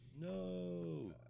No